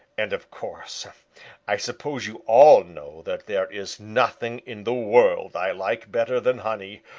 and of course i suppose you all know that there is nothing in the world i like better than honey.